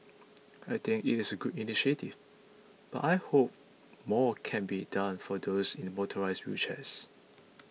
I think it is a good initiative but I hope more can be done for those in motorised wheelchairs